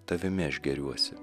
tavimi aš gėriuosi